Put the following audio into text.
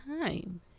time